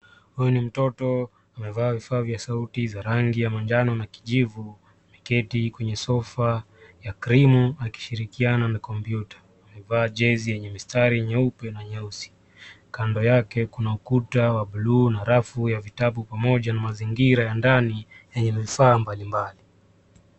Huyu ni mroro amevaa vifaa vya sauti za rangi ya manjano na kijivu ameketi kwenye sofa ya krimu akishirikiana na kompyuta amevee jezi yenye mistari nyeupe na nyeusi kando yake kuna ukuta wa buluu na rafu ya vitabu pamoja na mazingira ya ndani yenye vifaa mbalimbali.